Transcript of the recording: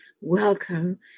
welcome